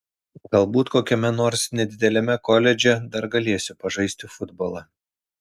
galbūt kokiame nors nedideliame koledže dar galėsiu pažaisti futbolą